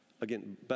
Again